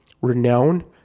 renowned